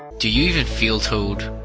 do you even feel toad?